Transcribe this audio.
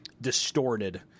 distorted